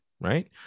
right